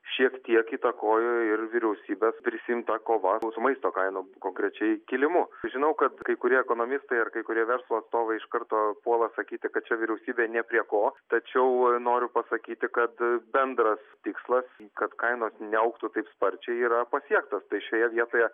šiek tiek įtakojo ir vyriausybės prisiimta kova su maisto kainom konkrečiai kilimu sužinau kad kai kurie ekonomistai ar kai kurie verslo atstovai iš karto puola sakyti kad čia vyriausybė ne prie ko tačiau noriu pasakyti kad bendras tikslas kad kainos neaugtų taip sparčiai yra pasiektos šioje vietoje